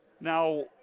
Now